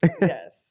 Yes